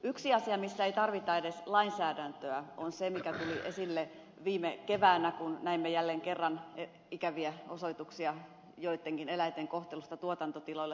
yksi asia missä ei tarvita edes lainsäädäntöä on se mikä tuli esille viime keväänä kun näimme jälleen kerran ikäviä osoituksia joittenkin eläinten kohtelusta tuotantotiloilla